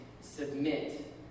submit